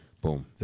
boom